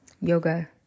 yoga